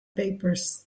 papers